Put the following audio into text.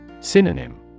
Synonym